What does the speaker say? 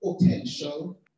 potential